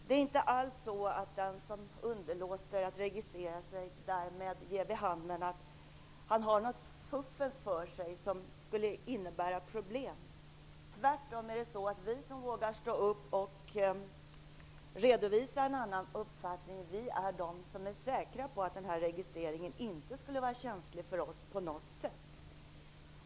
Det är inte alls så att den som underlåter att registrera sig därmed ger vid handen att han har något fuffens för sig som skulle innebära problem, tvärtom. Vi som vågar stå upp och redovisa en annan uppfattning är säkra på att registreringen inte skulle vara känslig för oss på något sätt.